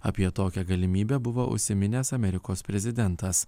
apie tokią galimybę buvo užsiminęs amerikos prezidentas